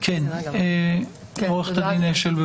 עו"ד אשל.